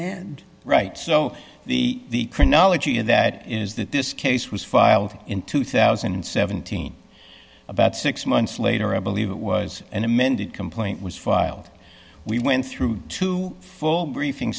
the right so the chronology of that is that this case was filed in two thousand and seventeen about six months later i believe it was an amended complaint was filed we went through two full briefing